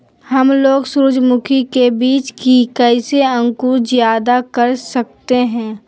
हमलोग सूरजमुखी के बिज की कैसे अंकुर जायदा कर सकते हैं?